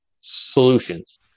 solutions